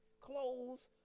clothes